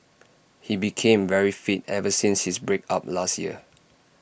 he became very fit ever since his break up last year